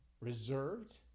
reserved